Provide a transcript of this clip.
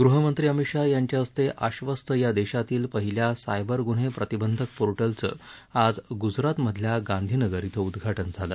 गृहमंत्री अमित शाह यांच्या हस्ते आश्वस्त या देशातील पहिल्या सायबर गुन्हे प्रतिबंधक पोर्टलचं आज गुजरातमधल्या गांधीनगर श्विं उद्घाटन झालं